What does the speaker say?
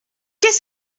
qu’est